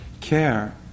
care